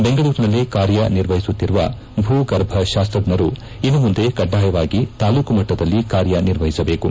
ಬೆಂಗಳೂರಿನಲ್ಲಿ ಕಾರ್ಯ ನಿರ್ವಹಿಸುತ್ತಿರುವ ಭೂಗರ್ಭ ಶಾಸ್ತ್ರಜ್ಞರು ಇನ್ನು ಮುಂದೆ ಕಡ್ಡಾಯವಾಗಿ ತಾಲ್ಲೂಕು ಮಟ್ಟದಲ್ಲಿ ಕಾರ್ಯನಿರ್ವಹಿಸಬೇಕು